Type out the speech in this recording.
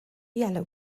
yellow